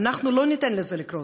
אנחנו לא ניתן לזה לקרות,